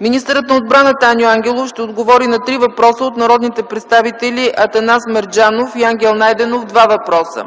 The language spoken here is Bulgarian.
Министърът на отбраната Аню Ангелов ще отговори на три въпроса от народните представители Атанас Мерджанов и Ангел Найденов – два въпроса.